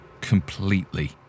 completely